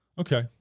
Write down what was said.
Okay